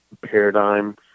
paradigm